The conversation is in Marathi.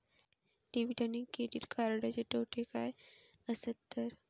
डेबिट आणि क्रेडिट कार्डचे तोटे काय आसत तर?